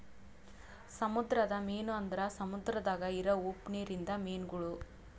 ಸಮುದ್ರದ ಮೀನು ಅಂದುರ್ ಸಮುದ್ರದಾಗ್ ಇರವು ಉಪ್ಪು ನೀರಿಂದ ಮೀನುಗೊಳ್